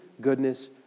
goodness